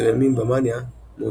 הסטיגמה החברתית הקשה כלפי הנושא כולו,